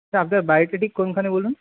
হ্যাঁ আপনার বাড়িটা ঠিক কোনখানে বলুন